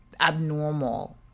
abnormal